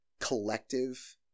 collective